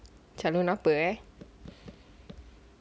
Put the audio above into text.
calon apa ya